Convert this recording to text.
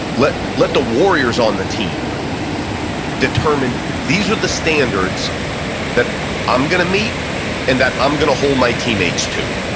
let let the warriors on the team determine, these are the standards that i'm going to meet and that i'm going to hold my teammates to.